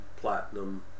platinum